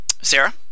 Sarah